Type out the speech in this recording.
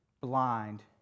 blind